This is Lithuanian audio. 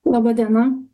laba diena